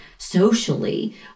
Socially